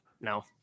no